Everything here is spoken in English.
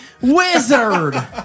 Wizard